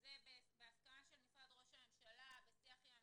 זה בהסכמת משרד ראש הממשלה ובשיח עם המשרדים.